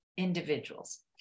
individuals